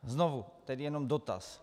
Znovu tedy jenom dotaz.